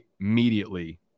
immediately